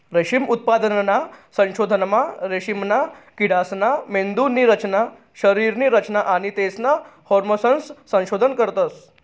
रेशीम उत्पादनना संशोधनमा रेशीमना किडासना मेंदुनी रचना, शरीरनी रचना आणि तेसना हार्मोन्सनं संशोधन करतस